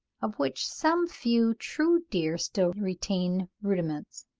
of which some few true deer still retain rudiments.